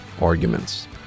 arguments